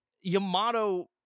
Yamato